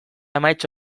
emaitza